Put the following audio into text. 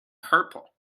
purple